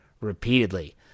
repeatedly